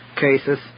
cases